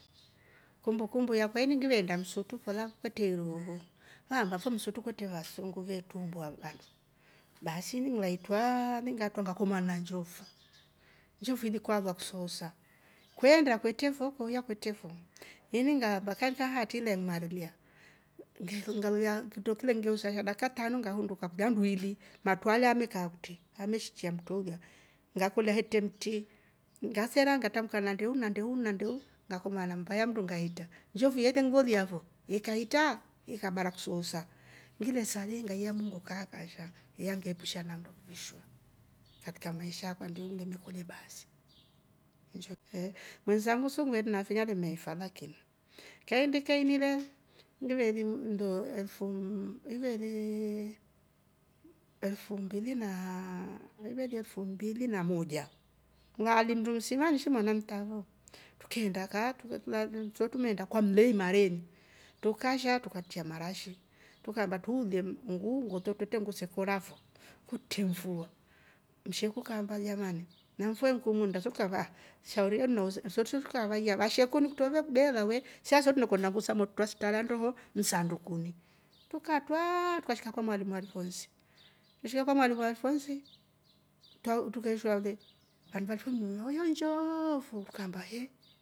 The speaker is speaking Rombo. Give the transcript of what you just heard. Kumbukumbu yakwa ini ngiveenda msutru kola kwetre iruhu ngamba fo msutru kwetre vasungu vetrumbua vandu baasi nlaitwraa ili nga twra ngakomaana na nshofu, nshofu ilikuhalua kisoosa kweenda kwetre fo koya kwetre fo ini ngahamba kandika haatri le inemarilia ngalolya nndo kilengeusa he dakika tanu ngahunduka kulya handu ili matrua alya amekaa kutri yameshikia mtwre ulya ngakolya hetre mtri nasera ngatrambuka na ndeu na ndeu ngakomaana nammba ya mndu ngahitra, nshofu yetre nnlolya fo ikaitraa ikabar akisoosa ngile sali ngaiya mungu kaa kasha yangepusha na nndo kivishwa katika maisha akwa njoo ngilmekolye basi. Mwesangu su ngiveeli nafe nale meefa lakini kaindika ini le ngiveli nndo elfuu ivelii elfumbili na moja ngaali mndu msima shi mwana mtrafo, trukeenda kwaa truveeli trumeenda kwa mlei mareni trukasha tukaichya mara shi trukaamba tuulie nngu ngoto trute ngu ze kora fo kutre mfua msheku kaamaba jamani na mfua ii nku munnda shauri yenu so trukavaiya vasheku nikutro vekbeela we saaso truvekonda ngu samotru twra sitra halya ndohoo msandukuni trukashika kwa mwalimu alphonsi trukeishwa le vandu valifo mndeni hoyoo nshooofu truka amba he